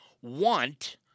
want